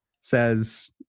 says